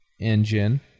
engine